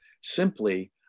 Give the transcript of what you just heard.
simply